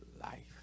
life